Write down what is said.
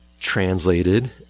translated